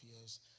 years